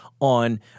on